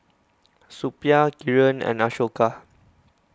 Suppiah Kiran and Ashoka